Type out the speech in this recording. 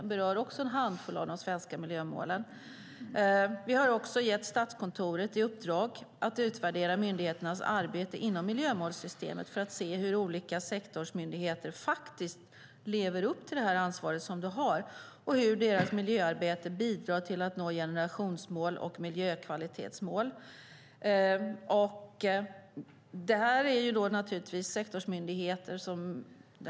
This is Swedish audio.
Det berör också en handfull av de svenska miljömålen. Vi har också gett Statskontoret i uppdrag att utvärdera myndigheternas arbete inom miljömålssystemet för att se hur olika sektorsmyndigheter lever upp till det ansvar de har och hur deras miljöarbete bidrar till att nå generationsmål och miljökvalitetsmål. Detta handlar om sektorsmyndigheter.